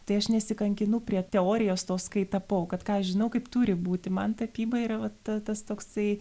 tai aš nesikankinu prie teorijos tos kai tapau kad ką aš žinau kaip turi būti man tapyba yra vat tas toksai